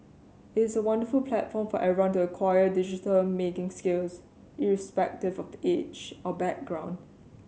it is a wonderful platform for everyone to acquire digital making skills irrespective of age or background